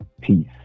peace